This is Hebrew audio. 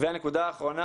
הנקודה האחרונה.